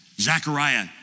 Zechariah